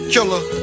Killer